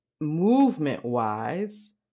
Movement-wise